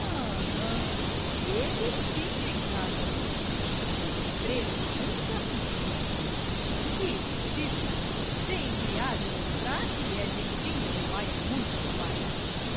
ah ele tinha em casa uma amiga uma preta imunda com quem vivia que tipo sempre há de mostrar que e gentinha de laia muito baixa